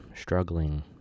struggling